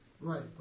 Right